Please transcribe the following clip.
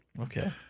Okay